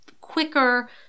quicker